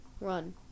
Run